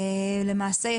למעשה,